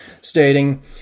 stating